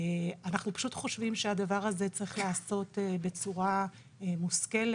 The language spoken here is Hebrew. אנחנו פשוט חושבים שהדבר הזה צריך להיעשות בצורה מושכלת,